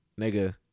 Nigga